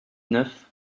neuf